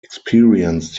experienced